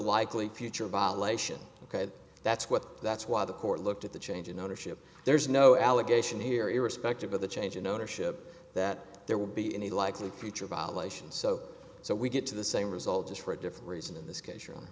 likely future violation that's what that's why the court looked at the change in ownership there's no allegation here irrespective of the change in ownership that there would be any likely future violations so so we get to the same result just for a different reason in this case